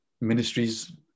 ministries